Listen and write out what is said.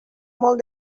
molt